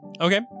Okay